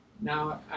Now